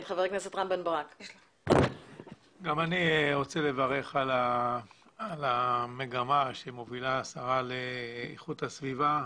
גם אני רוצה לברך על המגמה שמובילה השרה להגנת הסביבה.